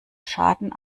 schaden